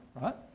right